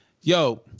Yo